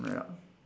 ya